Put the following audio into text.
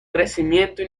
crecimiento